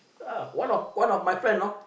ah one of one of my friend know